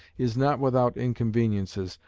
is not without inconveniences,